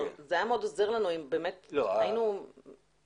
זה היה מאוד עוזר לנו אם היינו שומעים מאנשים.